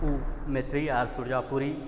ओ मैत्रेइ आओर सुरजापुरी